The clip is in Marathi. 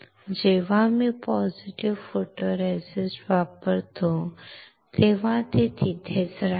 जेव्हा मी पॉझिटिव्ह फोटोरेसिस्टवापरतो तेव्हा ते तिथेच राहील